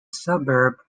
suburb